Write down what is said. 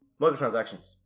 Microtransactions